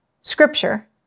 scripture